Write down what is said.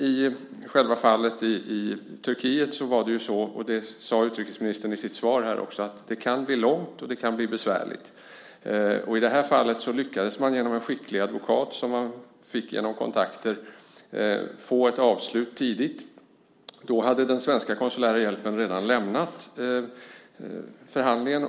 I själva fallet i Turkiet blev det, som utrikesministern också sade i sitt svar att det kunde bli, långt och besvärligt. Här lyckades man genom en skicklig advokat som man fick genom kontakter få ett avslut tidigt. Då hade den svenska konsulära hjälpen redan lämnat förhandlingen.